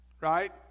Right